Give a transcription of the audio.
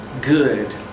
good